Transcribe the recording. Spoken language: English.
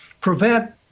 prevent